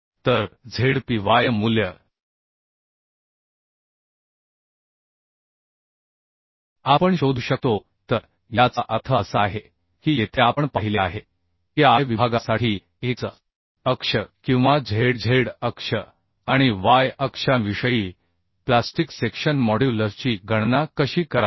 तर z p y मूल्य आपण शोधू शकतो तर याचा अर्थ असा आहे की येथे आपण पाहिले आहे की I विभागासाठी x अक्ष किंवा zz अक्ष आणि y अक्षांविषयी प्लास्टिक सेक्शन मॉड्युलसची गणना कशी करावी